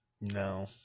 No